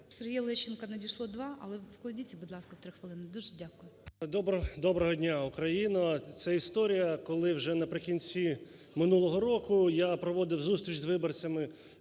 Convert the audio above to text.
Сергія Лещенка надійшло 2, але вкладіться, будь ласка, в 3 хвилини. Дуже дякую. 11:55:38 ЛЕЩЕНКО С.А. Доброго дня, Україно! Це історія, коли вже наприкінці минулого року я проводив зустріч з виборцями